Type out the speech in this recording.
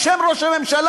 בשם ראש הממשלה,